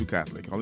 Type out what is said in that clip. Catholic